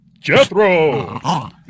Jethro